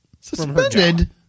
Suspended